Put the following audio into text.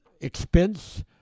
expense